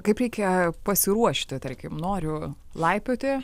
kaip reikia pasiruošti tarkim noriu laipioti